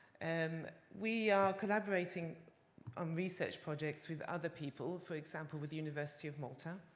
and we are collaborating on research projects with other people, for example, with university of malta.